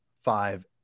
five